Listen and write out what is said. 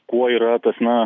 kuo yra tas na